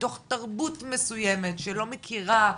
מתוך תרבות מסוימת שלא מכירה,